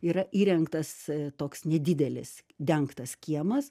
yra įrengtas toks nedidelis dengtas kiemas